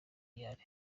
gihari